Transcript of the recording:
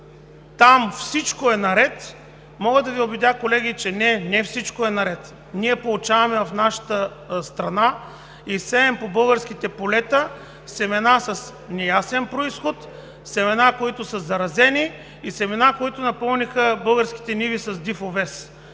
там всичко е наред, мога да Ви убедя, колеги, че не всичко е наред – получаваме в нашата страна и сеем по българските полета семена с неясен произход, семена, които са заразени, семена, които напълниха българските ниви с див овес.